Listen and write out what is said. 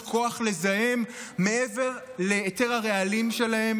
כוח לזהם מעבר להיתר הרעלים שלהם?